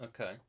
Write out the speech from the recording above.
Okay